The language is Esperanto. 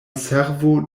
servo